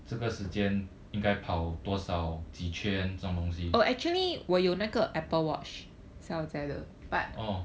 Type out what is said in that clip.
这个时间应该跑多少几圈这种东西 orh